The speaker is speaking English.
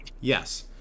Yes